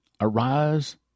Arise